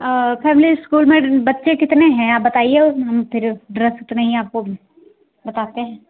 family school में बच्चे कितने हैं आप बताइए हम फिर ड्रस उतने ही आपको बताते हैं